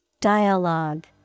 Dialogue